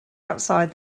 outside